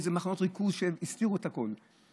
במחנות ריכוז שהסתירו את הכול.